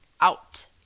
out